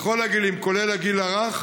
בכל הגילים, כולל הגיל הרך,